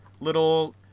little